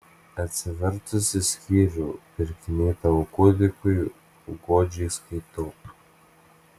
atsivertusi skyrių pirkiniai tavo kūdikiui godžiai skaitau